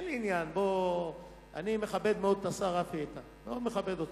אני מכבד מאוד את השר רפי איתן, מאוד מכבד אותו,